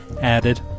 added